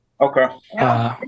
Okay